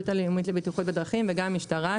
הלאומית לבטיחות בדרכים וגם עם המשטרה,